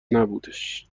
نبودش